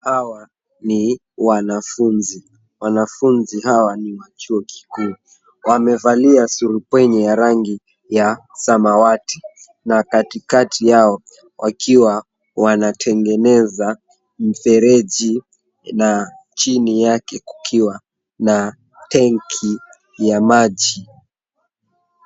Hawa ni wanafunzi, wanafunzi hawa ni wa Chuo kikuu. Wamevalia surupwenye ya rangi ya samawati na katikati yao wakiwa wanatengeneza mfereji na chini yake kukiwa na tenki ya maji.